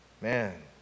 man